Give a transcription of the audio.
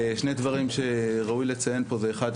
שני דברים שראוי לציין פה זה אחד,